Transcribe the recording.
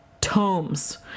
tomes